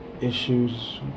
issues